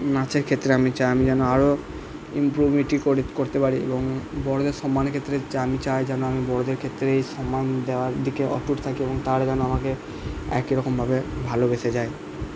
নাচের ক্ষেত্রে আমি চাই আমি যেন আরো ইমপ্রুভ করতে পারি এবং বড়োদের সম্মানের ক্ষেত্রে আমি চাই যেন আমি বড়োদের ক্ষেত্রে এই সম্মান দেওয়ার দিকে অটুট থাকি এবং তারা যেন আমাকে একই রকমভাবে ভালোবেসে যায়